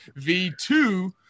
v2